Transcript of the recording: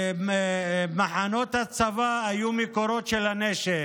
מחנות הצבא היו המקורות של הנשק,